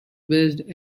based